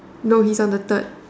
no his on the third